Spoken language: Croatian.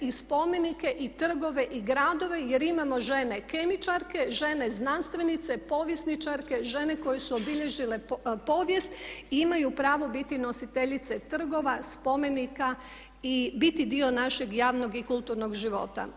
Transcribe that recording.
I spomenike i trgove i gradove jer imamo žene kemičarke, žene znanstvenice, povjesničarke, žene koje su obilježile povijest i imaju pravo biti nositeljice trgova, spomenika i biti dio našeg javnog i kulturnog života.